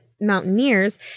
mountaineers